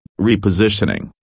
repositioning